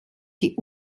die